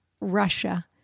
Russia